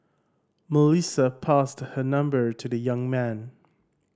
Melissa passed her number to the young man